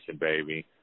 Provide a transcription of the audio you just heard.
baby